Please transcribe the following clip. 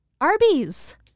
Arby's